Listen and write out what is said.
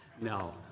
no